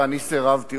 ואני סירבתי.